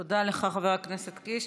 תודה לך, חבר הכנסת קיש.